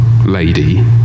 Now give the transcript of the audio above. lady